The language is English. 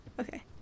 Okay